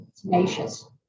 tenacious